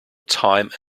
time